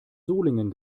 solingen